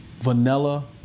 vanilla